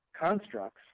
constructs